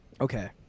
Okay